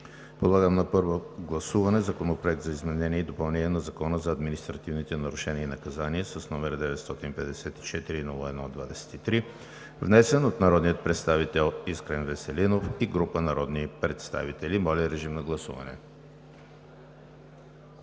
Подлагам на първо гласуване Законопроект за изменение и допълнение на Закона за административните нарушения и наказания, № 954-01-23, внесен от народния представител Искрен Веселинов и група народни представители. Гласували